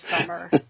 summer